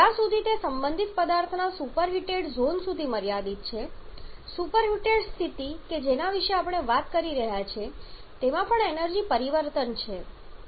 જ્યાં સુધી તે સંબંધિત પદાર્થના સુપરહિટેડ ઝોન સુધી મર્યાદિત છે સુપરહિટેડ સ્થિતિ કે જેના વિશે આપણે વાત કરી રહ્યા છીએ તેમાં પણ એનર્જી પરિવર્તન છે